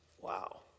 Wow